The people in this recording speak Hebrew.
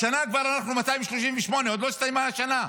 השנה אנחנו כבר ב-238, עוד לא הסתיימה השנה.